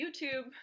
youtube